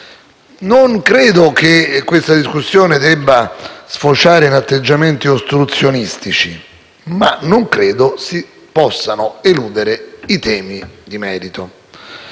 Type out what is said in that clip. Non credo che questa discussione debba sfociare in atteggiamenti ostruzionistici, ma non penso si possano eludere i temi di merito.